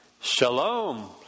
Shalom